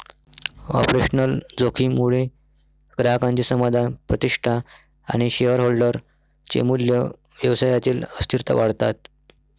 operational जोखीम मुळे ग्राहकांचे समाधान, प्रतिष्ठा आणि शेअरहोल्डर चे मूल्य, व्यवसायातील अस्थिरता वाढतात